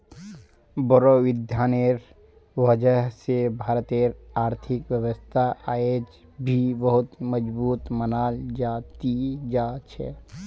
बोड़ो विद्वानेर वजह स भारतेर आर्थिक व्यवस्था अयेज भी बहुत मजबूत मनाल जा ती जा छ